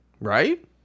right